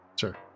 Sure